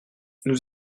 nous